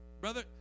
Brother